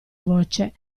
voce